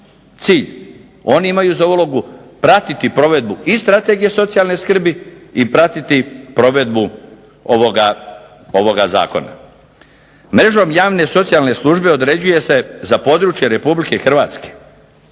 cilj, oni imaju za ulogu pratiti provedbu i strategije socijalne skrbi i pratiti provedbu ovoga zakona. Mrežom javne socijalne službe određuje se za područje RH, odnosno